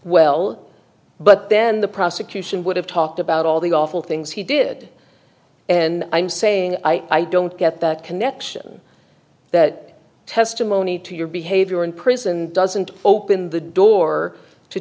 well but then the prosecution would have talked about all the awful things he did and i'm saying i don't get that connection that testimony to your behavior in prison doesn't open the door to